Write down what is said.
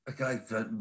Okay